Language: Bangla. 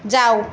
যাও